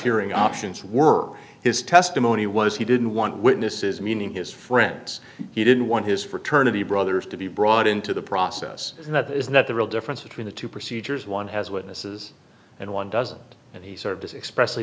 hearing options were his testimony was he didn't want witnesses meaning his and he didn't want his fraternity brothers to be brought into the process and that is not the real difference between the two procedures one has witnesses and one doesn't and he served as express